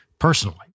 Personally